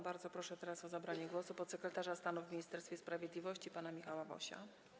Bardzo proszę o zabranie głosu podsekretarza stanu w Ministerstwie Sprawiedliwości pana Michała Wosia.